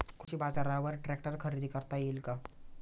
कृषी बाजारवर ट्रॅक्टर खरेदी करता येईल का?